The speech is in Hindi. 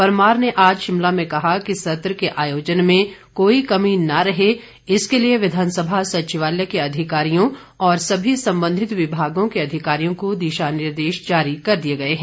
परमार ने आज शिमला में कहा कि सत्र के आयोजन में कोई कमी न रहे इसके लिए विधानसभा सचिवालय के अधिकारियों और सभी संबंधित विभागों के अधिकारियों को दिशा निर्देश जारी कर दिए गए हैं